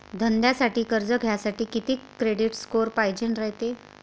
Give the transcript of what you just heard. धंद्यासाठी कर्ज घ्यासाठी कितीक क्रेडिट स्कोर पायजेन रायते?